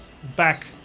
back